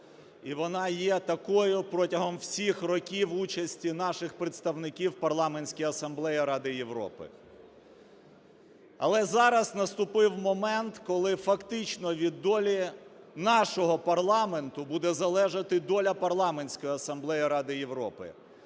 і вона є такою протягом всіх років участі наших представників в Парламентській Асамблеї Ради Європи. Але зараз наступив момент, коли фактично від долі нашого парламенту буде залежати доля Парламентської Асамблеї Ради Європи.